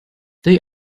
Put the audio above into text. they